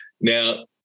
Now